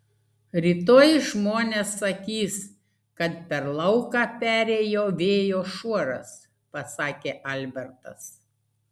rytoj žmonės sakys kad per lauką perėjo vėjo šuoras pasakė albertas